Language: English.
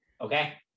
Okay